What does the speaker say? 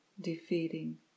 defeating